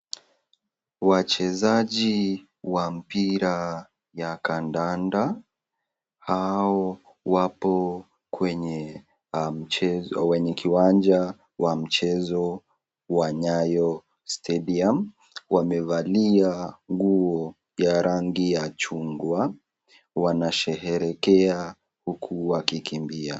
Wachezaji wa mpira ya kandanda, hao wapo kwenye mchezo wenye kiwanja wa mchezo wa Nyayo Stadium ,wamevalia nguo ya rangi ya chungwa, wanasherehekea huku wakikimbia.